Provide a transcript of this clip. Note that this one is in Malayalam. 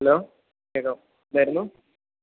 ഹലോ കേള്ക്കാമോ എന്തായിരുന്നു